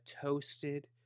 toasted